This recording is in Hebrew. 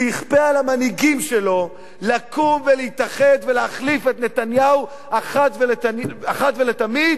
שיכפה על המנהיגים שלו לקום ולהתאחד ולהחליף את נתניהו אחת ולתמיד,